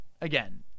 Again